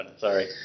Sorry